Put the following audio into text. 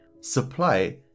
Supply